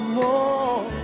more